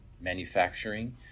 manufacturing